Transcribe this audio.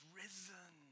risen